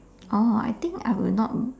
oh I think I will not